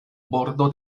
bordo